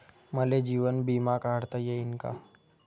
मले जीवन बिमा काढता येईन का?